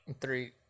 three